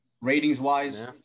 Ratings-wise